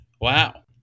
Wow